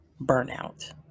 burnout